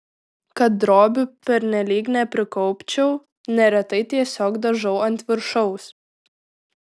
kad drobių pernelyg neprikaupčiau neretai tiesiog dažau ant viršaus